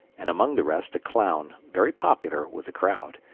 and among the rest a clown, very popular with the crowd,